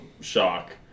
shock